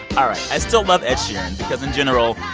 um i still love ed sheeran because in general,